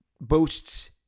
boasts